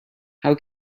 how